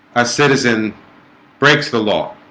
a citizen breaks the law